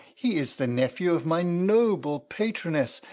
he is the nephew of my noble patroness,